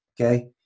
okay